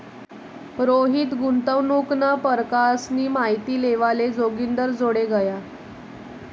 रोहित गुंतवणूकना परकारसनी माहिती लेवाले जोगिंदरजोडे गया